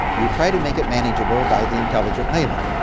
you try to make it manageable by the intelligent layman.